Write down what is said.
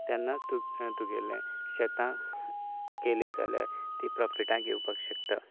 तेन्ना तुगेलें शेतां केली जाल्यार ती प्रोफिटा येवपाक शकता